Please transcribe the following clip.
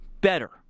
better